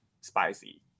spicy